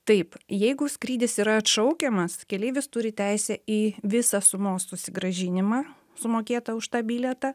taip jeigu skrydis yra atšaukiamas keleivis turi teisę į visą sumos susigrąžinimą sumokėtą už tą bilietą